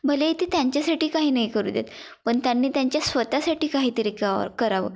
भलेही ते त्यांच्यासाठी काही नाही करू देत पण त्यांनी त्यांच्या स्वत साठी काही तरी क करावं